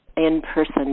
in-person